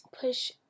push